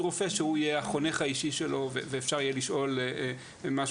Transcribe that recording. רופא שיהיה החונך האישי שלו ואפשר יהיה לשאול אותו.